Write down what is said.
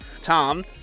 Tom